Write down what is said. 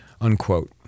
Unquote